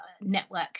network